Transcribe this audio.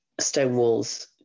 stonewall's